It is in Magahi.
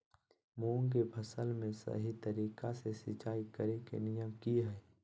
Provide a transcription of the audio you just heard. मूंग के फसल में सही तरीका से सिंचाई करें के नियम की हय?